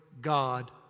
God